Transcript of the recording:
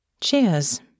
Cheers